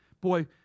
boy